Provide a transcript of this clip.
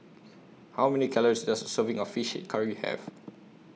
How Many Calories Does A Serving of Fish Head Curry Have